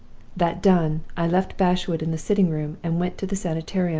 that done, i left bashwood in the sitting-room, and went to the sanitarium,